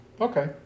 okay